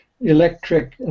electric